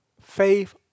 Faith